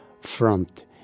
Front